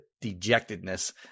dejectedness